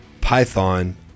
python